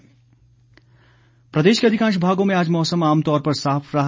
मौसम प्रदेश के अधिकांश भागों में आज मौसम आमतौर पर साफ बना रहा